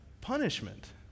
punishment